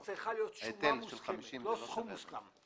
היא צריכה להיות שומה מוסכמת ולא סכום מוסכם.